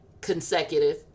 consecutive